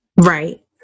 Right